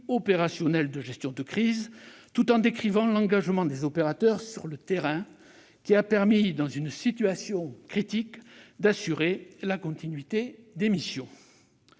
opérationnels de gestion de crise, tout en décrivant l'engagement des opérateurs sur le terrain, lequel a permis, dans une situation critique, d'assurer la continuité des missions.